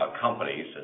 companies